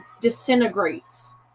disintegrates